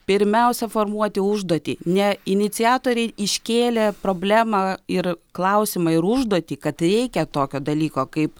pirmiausia formuoti užduotį ne iniciatoriai iškėlė problemą ir klausimą ir užduotį kad reikia tokio dalyko kaip